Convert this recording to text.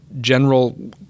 general